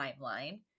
timeline